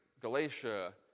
Galatia